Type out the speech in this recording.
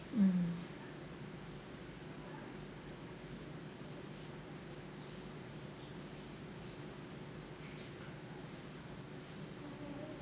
mm